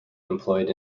employed